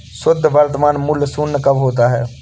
शुद्ध वर्तमान मूल्य शून्य कब होता है?